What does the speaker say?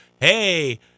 Hey